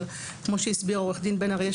אבל כמו שהסבירה עו"ד בן אריה,